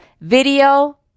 video